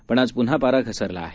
पण आज पुन्हा पारा घसरला आहे